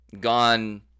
gone